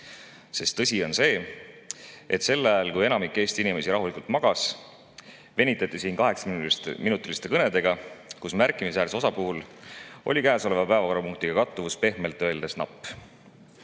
Sest tõsi on see, et sel ajal, kui enamik Eesti inimesi rahulikult magas, venitati siin kaheksaminutiliste kõnedega, millest märkimisväärse osa puhul oli käesoleva päevakorrapunktiga kattuvus pehmelt öeldes